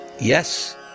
Yes